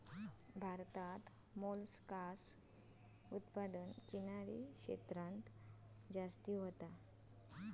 भारतात मोलस्कास उत्पादन किनारी क्षेत्रांत जास्ती होता